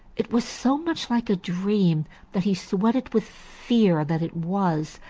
it was so much like a dream that he sweated with fear that it was,